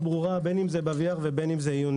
ברורה מאוד, בין אם זה ב-VR ובין אם זה עיונית.